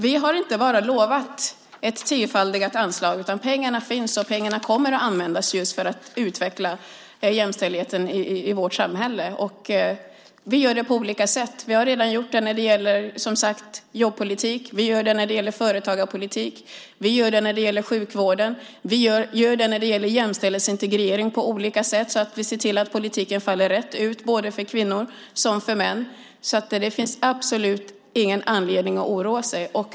Vi har inte bara lovat ett tiofaldigat anslag, utan pengarna finns, och pengarna kommer att användas just för att utveckla jämställdheten i vårt samhälle. Vi gör det på olika sätt. Vi har redan gjort det när det gäller jobbpolitik, som sagt. Vi gör det när det gäller företagarpolitik. Vi gör det när det gäller sjukvården. Vi gör det när det gäller jämställdhetsintegrering på olika sätt så att vi ser till att politiken faller rätt ut, både för kvinnor och för män. Det finns alltså absolut ingen anledning att oroa sig.